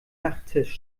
nachttisch